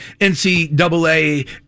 NCAA